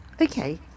okay